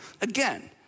again